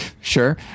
sure